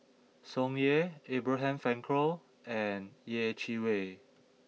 Tsung Yeh Abraham Frankel and Yeh Chi Wei